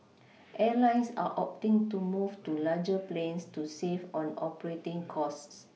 Airlines are opting to move to larger planes to save on operating costs